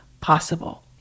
possible